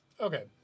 Okay